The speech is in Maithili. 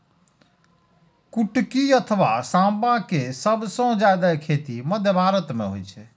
कुटकी अथवा सावां के सबसं जादे खेती मध्य भारत मे होइ छै